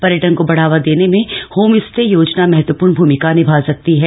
पर्यटन को बढ़ावा देने में होम स्टे योजना महत्वपूर्ण भूमिका निभा सकती है